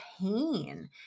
pain